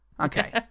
okay